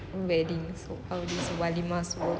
weddings how this walimas work